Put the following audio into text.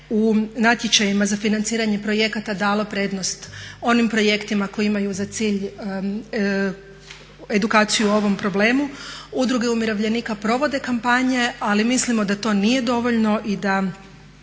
u natječajima za financiranje projekata dalo prednost onim projektima koji imaju za cilj edukaciju o ovom problemu. Udruge umirovljenika provode kampanje, ali mislimo da to nije dovoljno i da